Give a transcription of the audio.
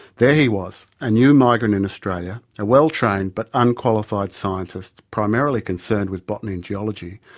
there he was, a new migrant in australia, a well-trained but unqualified scientist primarily concerned with botany and geology,